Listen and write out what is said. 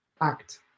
act